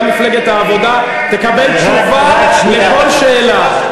גם מפלגת העבודה תקבל תשובה על כל שאלה.